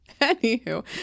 Anywho